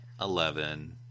Eleven